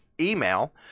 email